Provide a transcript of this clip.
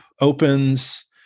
opens